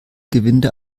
gewinde